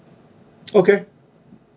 okay